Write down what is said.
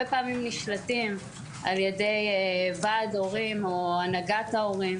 פעמים נשלטים על ידי ועד הורים או הנהגת ההורים